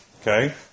Okay